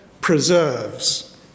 preserves